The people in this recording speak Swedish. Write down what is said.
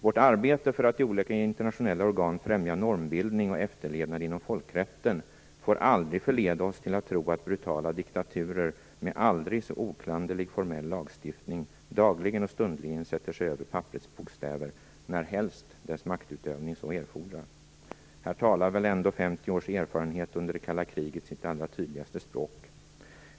Vårt arbete för att i olika internationella organ främja normbildning och efterlevnad inom folkrätten får aldrig förleda oss till att tro att brutala diktaturer med aldrig så oklanderlig formell lagstiftning dagligen och stundligen inte sätter sig över papperets bokstäver när helst dess maktutövning så erfordrar. Här talar väl ändå 50 års erfarenhet under det kalla kriget sitt allra tydligaste språk.